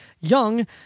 young